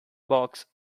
box